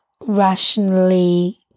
rationally